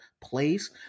place